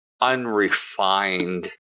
unrefined